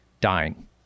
dying